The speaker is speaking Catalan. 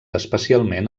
especialment